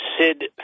Sid